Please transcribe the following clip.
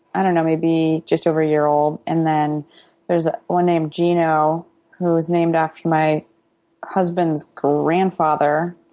i don't know, maybe just over a year old. and then there's ah one named gino who was named after my husband's grandfather.